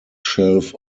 shelf